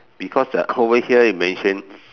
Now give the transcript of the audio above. because uh over here you mention